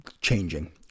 changing